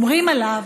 אומרים עליו